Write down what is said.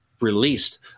released